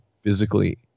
physically